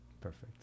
Perfect